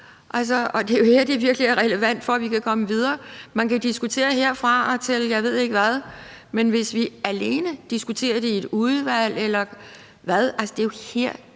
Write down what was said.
Det er jo her, det virkelig er relevant, for at vi kan komme videre. Man kan diskutere herfra og til, jeg ved ikke hvad. Vi kan diskutere det i et udvalg, men det er jo her,